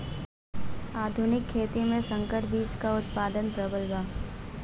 आधुनिक खेती में संकर बीज क उतपादन प्रबल बा